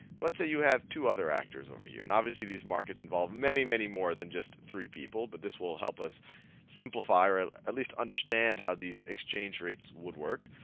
let's say you have two other actors over here, and obviously these markets involve many, many, more than just the three people, but this will help us simplify, or at least understand how these exchange rates would work.